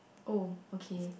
oh okay